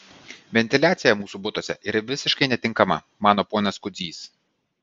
ventiliacija mūsų butuose yra visiškai netinkama mano ponas kudzys